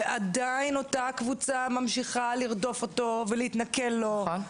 ועדיין אותה קבוצה ממשיכה לרדוף אותו, ולהתנכל לו.